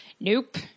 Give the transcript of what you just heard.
Nope